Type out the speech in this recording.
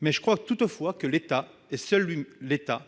mais je crois que seul l'État